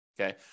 Okay